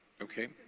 okay